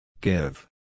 Give